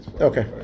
Okay